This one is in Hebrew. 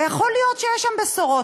ויכול להיות שיש שם בשורות.